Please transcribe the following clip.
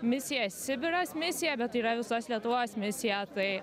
misija sibiras misija bet tai yra visos lietuvos misija tai